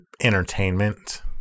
entertainment